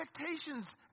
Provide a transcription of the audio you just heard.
expectations